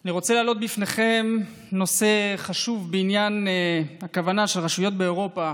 אני רוצה להעלות בפניכם נושא חשוב בעניין הכוונה של רשויות באירופה